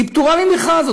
היא פטורה ממכרז.